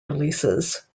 releases